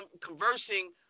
conversing